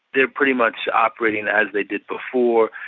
they're pretty much operating as they did before.